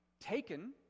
taken